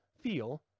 feel